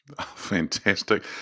Fantastic